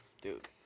Dude